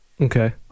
Okay